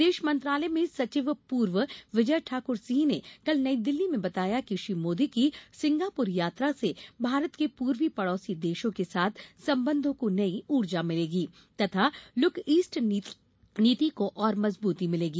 विदेश मंत्रालय में सचिव पूर्व विजय ठाकुर सिंह ने कल नई दिल्ली में बताया कि श्री मोदी की सिंगापुर यात्रा से भारत के पूर्वी पड़ोसी देशों के साथ संबंधों को नई ऊर्जा मिलेगी तथा लुक ईस्ट नीति को और मजबूती मिलेगी